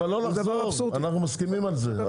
סטודנטים מקבלים 33%